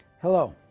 hello,